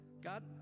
god